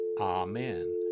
Amen